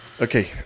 Okay